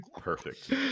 perfect